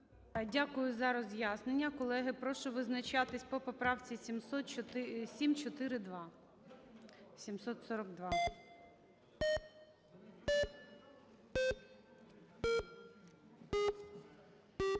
Дякую за роз’яснення. Колеги, прошу визначатися по поправці 742.